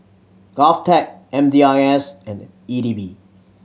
GovTech M D I S and E D B